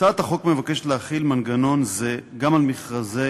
הצעת החוק מבקשת להחיל מנגנון זה גם על מכרזי